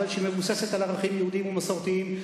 אבל שמבוססת על ערכים יהודיים ומסורתיים.